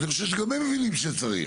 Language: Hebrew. ואני חושב שגם הם מבינים שצריך.